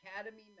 Academy